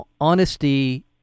honesty